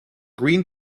green